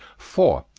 four.